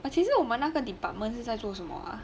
其实我们那个 department 是在做什麽 ah